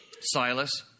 Silas